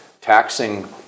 taxing